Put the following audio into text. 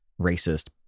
racist